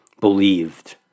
believed